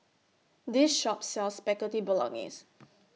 This Shop sells Spaghetti Bolognese